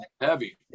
Heavy